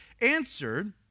answered